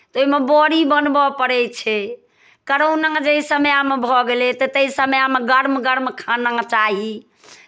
ताहिमे बड़ी बनबय पड़ै छै करोना जाहि समयमे भऽ गेलै तऽ ताहि समयमे गर्म गर्म खाना चाही